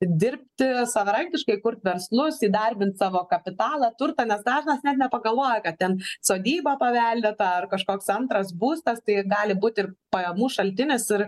dirbti savarankiškai kurt verslus įdarbint savo kapitalą turtą nes dažnas net nepagalvoja kad ten sodyba paveldėta ar kažkoks antras būstas tai gali būti ir pajamų šaltinis ir